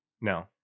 no